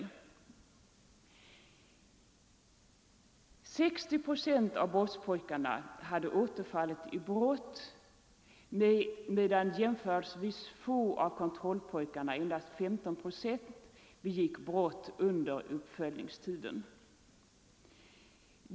60 procent av brottspojkarna har återfallit i brott, medan jämförelsevis få av kontrollpojkarna — endast 15 procent — begick brott under uppföljningstiden.